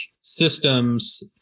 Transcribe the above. systems